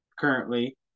currently